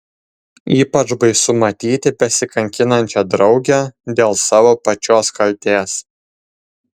ypač baisu matyti besikankinančią draugę dėl savo pačios kaltės